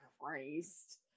Christ